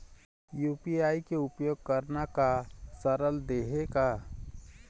UPI के उपयोग करना का सरल देहें का?